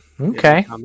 Okay